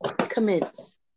Commence